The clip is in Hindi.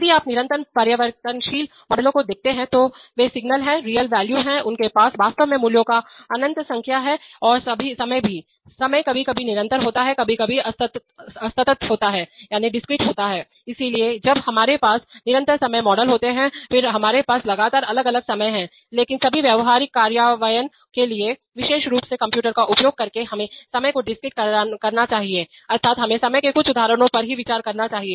यदि आप निरंतर परिवर्तनशील मॉडलों को देखते हैं तो वे सिग्नल एक रियल वैल्यू हैंउनके पास वास्तव में मूल्यों की अनंत संख्य है और समय भी है समय कभी कभी निरंतर होता है कभी कभी असतत डिस्क्रीट होता है इसलिए जब हमारे पास निरंतर समय मॉडल होते हैं फिर हमारे पास लगातार अलग अलग समय है लेकिन सभी व्यावहारिक कार्यान्वयन के लिए विशेष रूप से कंप्यूटर का उपयोग करके हमें समय को डिस्क्रीट करना चाहिए अर्थात हमें समय के कुछ उदाहरणों पर ही विचार करना चाहिए